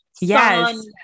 yes